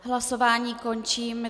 Hlasování končím.